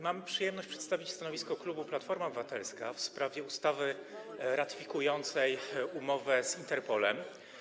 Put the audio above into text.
Mam przyjemność przedstawić stanowisko klubu Platforma Obywatelska w sprawie ustawy ratyfikującej umowę z Interpolem.